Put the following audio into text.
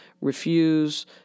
refuse